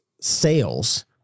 sales